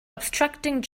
obstructing